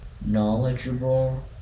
knowledgeable